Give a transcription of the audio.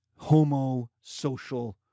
homosocial